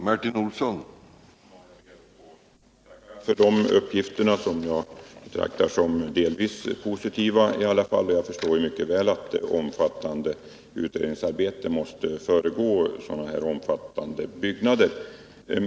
Herr talman! Jag ber att få tacka för de uppgifterna, som jag betraktar som delvis positiva. Jag förstår mycket väl att ett omfattande utredningsarbete måste föregå sådana här projekt.